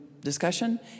discussion